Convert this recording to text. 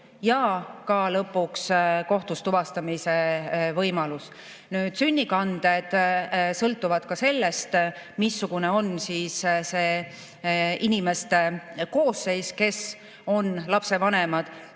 ja lõpuks kohtus tuvastamise võimalus. Nüüd, sünnikanded sõltuvad ka sellest, missugune on see inimeste koosseis, kes on lapse vanemad.